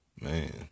man